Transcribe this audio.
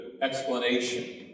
explanation